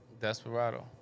Desperado